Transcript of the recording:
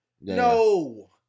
No